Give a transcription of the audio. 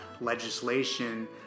legislation